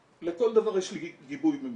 לכל דבר יש לי גיבוי במסמכים.